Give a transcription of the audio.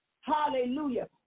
hallelujah